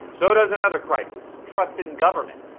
so does another crisis, trust in government.